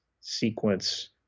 sequence